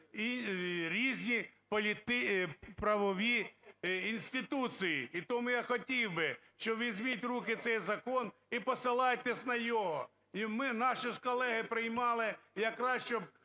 різні правові інституції. І тому я хотів би, що візьміть в руки цей закон і посилайтесь на нього. І ми… Нащо ж колеги приймали як краще б